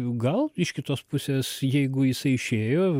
gal iš kitos pusės jeigu jisai išėjo